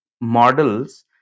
models